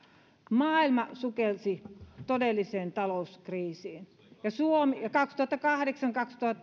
maailma sukelsi todelliseen talouskriisiin ja suomi kaksituhattakahdeksan